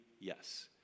yes